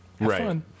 right